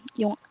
yung